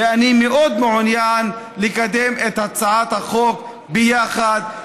ואני מאוד מעוניין לקדם את הצעת החוק ביחד,